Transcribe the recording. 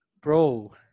Bro